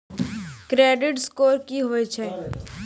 Credit score की होय छै?